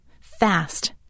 Fast